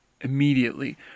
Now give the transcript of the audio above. immediately